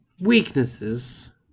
weaknesses